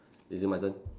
is it my turn